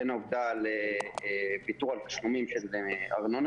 בין העובדה לוויתור על תשלומים של ארנונה,